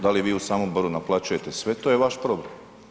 Da li vi u Samoboru naplaćujete sve to je vaš problem.